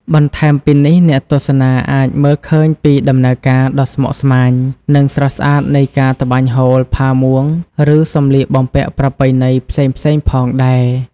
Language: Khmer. បន្ថែមពីនេះ អ្នកទស្សនាអាចមើលឃើញពីដំណើរការដ៏ស្មុគស្មាញ និងស្រស់ស្អាតនៃការ ត្បាញហូល ផាមួង ឬសម្លៀកបំពាក់ប្រពៃណីផ្សេងៗផងដែរ។